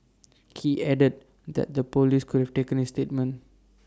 he added that the Police could taken his statement